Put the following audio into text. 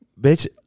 Bitch